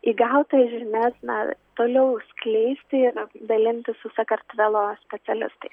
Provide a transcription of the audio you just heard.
įgautas žinias na toliau skleisti na dalintis su sakartvelo specialistais